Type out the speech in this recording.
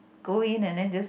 go in and then just